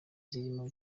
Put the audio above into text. zirimo